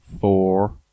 four